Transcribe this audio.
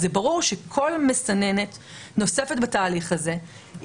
ברור שכל מסננת נוספת בתהליך הזה,